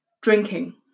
drinking